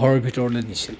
ঘৰৰ ভিতৰলৈ দিছিল